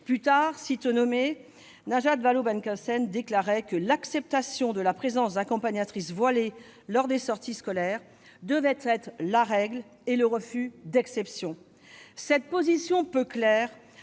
Plus tard, sitôt nommée, Najat Vallaud-Belkacem déclarait que l'acceptation de la présence d'accompagnatrices voilées lors des sorties scolaires devait être la règle et son refus, l'exception. Cette position peu claire